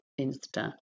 insta